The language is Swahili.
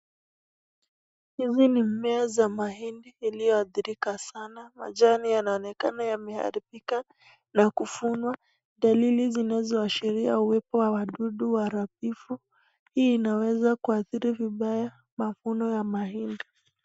Hizi ni mimea ya mahindi iliyoathirika sana, majani yanaonekana yameharibika na kuvunwa ,dalili zinazoashiria uwepo wa wadudu waharibifu. Hii inaweza kuathiri vibaya mavuno ya mahindi.